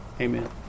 Amen